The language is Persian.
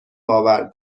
باور